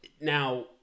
now